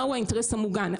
מה הוא האינטרס המוגן.